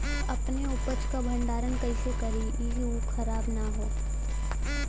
अपने उपज क भंडारन कइसे करीं कि उ खराब न हो?